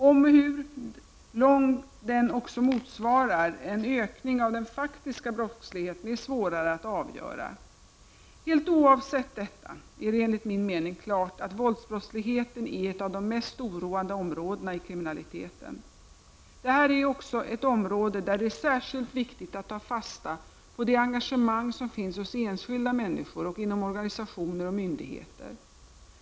Om och hur långt den också motsvarar en ökning av den faktiska brottsligheten är svårare att avgöra. Helt oavsett detta är det enligt min mening klart att våldsbrottsligheten är ett av de mest oroande områdena i kriminaliteten. Det här är också ett område där det är särskilt viktigt att ta fasta på det engagemang som finns hos enskilda människor och inom organisationer och myndigheter.